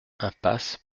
impasse